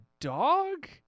dog